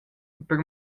per